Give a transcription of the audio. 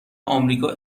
آمریکا